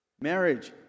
Marriage